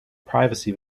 privacy